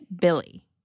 Billy